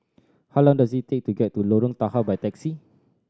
how long does it take to get to Lorong Tahar by taxi